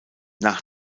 nach